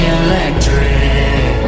electric